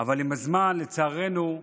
אבל עם הזמן, לצערנו,